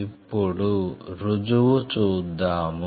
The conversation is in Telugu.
ఇప్పుడు రుజువు చూద్దాము